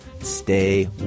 Stay